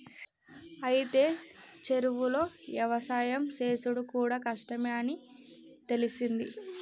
అయితే చెరువులో యవసాయం సేసుడు కూడా కష్టమే అని తెలిసింది